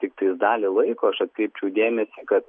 tiktais dalį laiko aš atkreipčiau dėmesį kad